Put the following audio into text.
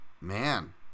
man